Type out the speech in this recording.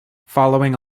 following